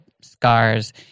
scars